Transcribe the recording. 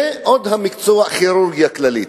ועוד מקצוע זה כירורגיה כללית.